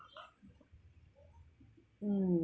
mm